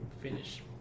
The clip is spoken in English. finish